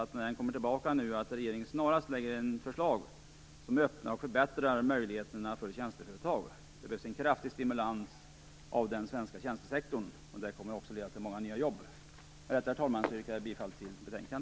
När den kommer tillbaka hoppas jag att regeringen snarast lägger fram ett förslag som öppnar och förbättrar möjligheter för tjänsteföretag. Det behövs en kraftig stimulans av den svenska tjänstesektorn. Det kommer också att leda till många nya jobb. Med detta, herr talman, yrkar jag bifall till utskottets hemställan.